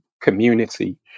Community